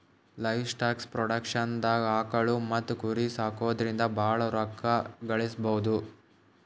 livestock ಪ್ರೊಡಕ್ಷನ್ದಾಗ್ ಆಕುಳ್ ಮತ್ತ್ ಕುರಿ ಸಾಕೊದ್ರಿಂದ ಭಾಳ್ ರೋಕ್ಕಾ ಗಳಿಸ್ಬಹುದು